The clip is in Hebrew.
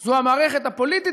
זה המערכת הפוליטית,